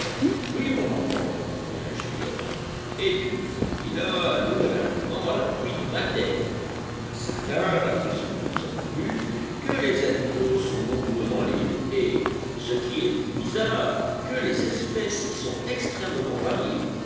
oui mon enfant répondit l'ingénieur et tu me fournis là un nouvel argument à l'appui de ma thèse il est certain d'après ce que nous avons vu que les animaux sont nombreux dans l'île et ce qui est plus bizarre que les espèces y sont extrêmement variées